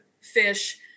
fish